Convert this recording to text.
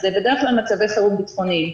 זה בדרך כלל מצבי חירום ביטחוניים.